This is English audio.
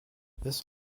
this